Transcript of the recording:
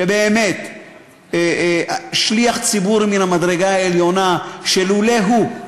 באמת שליח ציבור מן המדרגה העליונה, שלולא הוא,